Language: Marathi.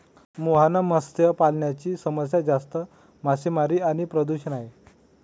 मुहाना मत्स्य पालनाची समस्या जास्त मासेमारी आणि प्रदूषण आहे